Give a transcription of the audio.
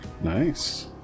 Nice